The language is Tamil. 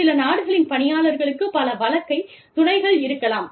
சில நாடுகளின் பணியாளர்களுக்குப் பல வழக்கை துணைகள் இருக்கலாம்